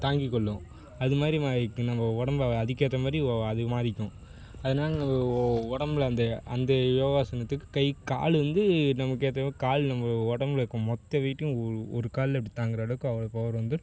தாங்கி கொள்ளும் அது மாதிரி ம இப்ப நம்ம உடம்ப அதுக்கேற்ற மாதிரி அது மாறிக்கும் அதனா ஓ உடம்புல அந்த அந்த யோகாசனத்துக்கு கை கால் வந்து நமக்கு ஏற்ற மாதிரி கால் நம்ம உடம்புல இருக்கற மொத்த வெயிட்டையும் ஒ ஒரு காலில் இப்படி தாங்குகிற அளவுக்கு அவ்வளோ பவர் வந்துடும்